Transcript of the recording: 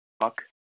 fuck